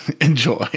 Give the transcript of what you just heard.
Enjoy